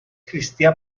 cristià